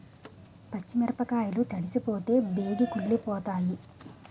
పచ్చి మిరపకాయలు తడిసిపోతే బేగి కుళ్ళిపోతాయి